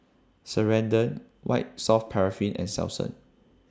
Ceradan White Soft Paraffin and Selsun